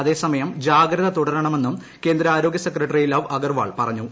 അതേസമയം ജാഗ്രത തുടരണമെന്നും കേന്ദ്ര ആരോഗ്യ സെക്രട്ടറി ലവ് അഗർവാൾ പറഞ്ഞു